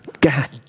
God